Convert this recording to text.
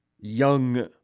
young